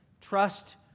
Trust